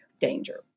danger